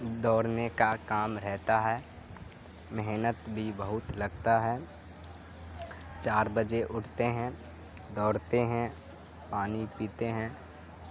دوڑنے کا کام رہتا ہے محنت بھی بہت لگتا ہے چار بجے اٹھتے ہیں دوڑتے ہیں پانی پیتے ہیں